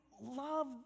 love